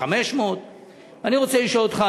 500,000. אני רוצה לשאול אותך,